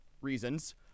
reasons